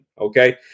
okay